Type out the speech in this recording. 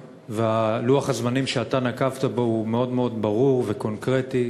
לוח הזמנים שאתה נקבת בו הוא מאוד ברור וקונקרטי,